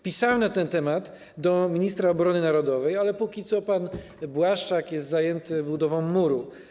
Pisałem na ten temat do ministra obrony narodowej, ale na razie pan Błaszczak jest zajęty budową muru.